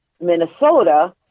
Minnesota